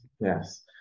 yes